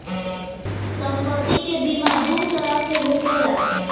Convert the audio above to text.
सम्पति के बीमा दू तरह के होखेला